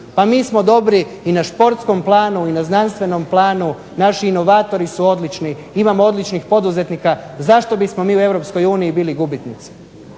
Pa mi smo dobri i na športskom planu i na znanstvenom planu, naši inovatori su odlični, imamo odličnih poduzetnika. Zašto bismo mi u Europskoj uniji